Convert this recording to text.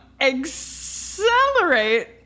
Accelerate